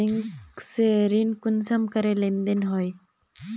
Bank से ऋण कुंसम करे लेन देन होए?